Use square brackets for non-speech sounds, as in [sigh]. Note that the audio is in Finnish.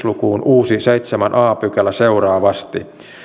[unintelligible] lukuun uusi seitsemäs a pykälä seuraavasti